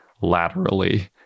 laterally